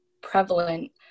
prevalent